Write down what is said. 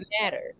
matter